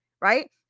Right